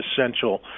essential